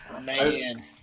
Man